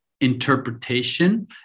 interpretation